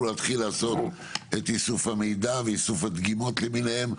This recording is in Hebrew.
לעשות את איסוף המידע ואיסוף הדגימות למיניהן,